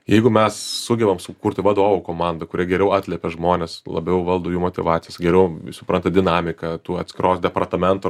jeigu mes sugebam sukurti vadovų komandą kurie geriau atliepia žmones labiau valdo jų motyvacijas geriau supranta dinamiką tų atskiros departamento